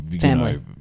Family